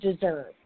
deserve